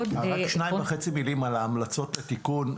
--- רק שתיים וחצי מילים על ההמלצות לתיקון.